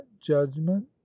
judgment